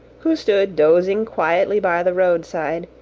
who stood dozing quietly by the roadside,